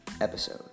episode